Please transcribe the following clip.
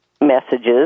messages